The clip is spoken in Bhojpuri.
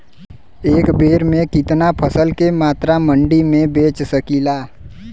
एक बेर में कितना फसल के मात्रा मंडी में बेच सकीला?